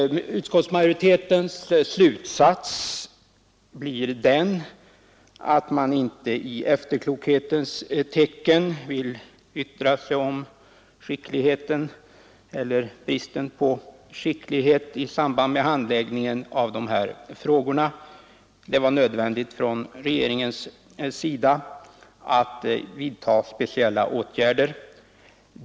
Utskottsmajoritetens slutsats blir att man inte i efterklokhetens tecken vill yttra sig om skickligheten eller bristen på skicklighet i samband med handläggningen av dessa frågor. Det var nödvändigt för regeringen att vidta speciella åtgärder.